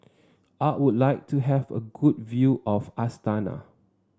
I would like to have a good view of Astana